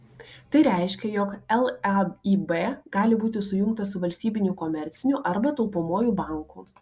tai reiškia jog laib gali būti sujungtas su valstybiniu komerciniu arba taupomuoju banku